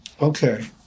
okay